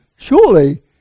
Surely